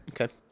Okay